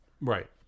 right